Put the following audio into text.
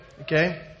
Okay